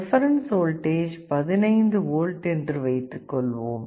reference voltage 15 volt என்று வைத்துக் கொள்வோம்